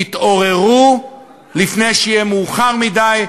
תתעוררו לפני שיהיה מאוחר מדי,